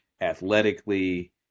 athletically